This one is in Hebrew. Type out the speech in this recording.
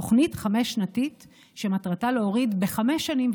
תוכנית חמש שנתית שמטרתה להוריד בחמש שנים,